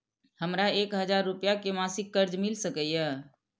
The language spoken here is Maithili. हमरा एक हजार रुपया के मासिक कर्ज मिल सकिय?